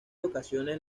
ocasiones